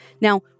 Now